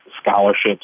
scholarships